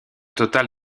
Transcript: total